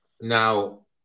Now